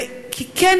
כי כן,